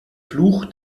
fluch